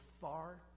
far